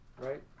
right